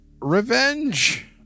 Revenge